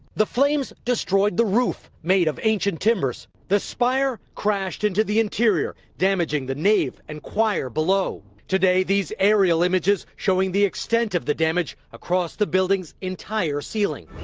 the flames destroyed the roof, made of ancient timbers. the spire crashed into the interior, damaging the nave and choir below. today these aerial images showing the extent of the damage across the building's entire ceiling.